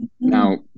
Now